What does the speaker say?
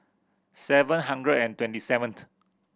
seven hundred and twenty seventh